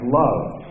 love